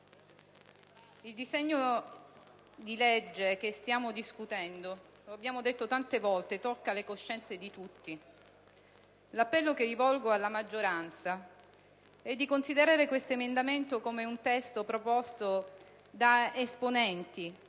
Il disegno di legge che stiamo discutendo, lo abbiamo detto tante volte, tocca le coscienze di tutti. L'appello che rivolgo alla maggioranza è di considerare questo emendamento come un testo proposto da esponenti